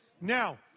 Now